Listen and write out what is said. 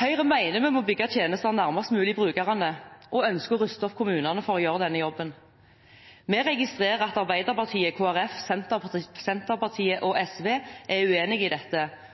Høyre mener vi må bygge tjenester nærmest mulig brukerne, og ønsker å ruste opp kommunene for å gjøre denne jobben. Vi registrerer at Arbeiderpartiet, Kristelig Folkeparti, Senterpartiet og SV er uenig i dette,